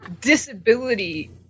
disability